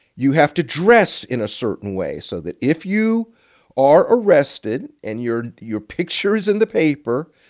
you have to dress in a certain way so that if you are arrested and your your picture's in the paper,